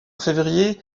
février